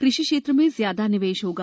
कृषि क्षेत्र में ज्यादा निवेश होगा